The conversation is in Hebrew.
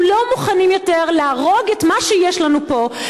אנחנו לא מוכנים יותר להרוג את מה שיש לנו פה,